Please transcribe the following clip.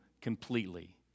completely